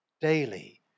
Daily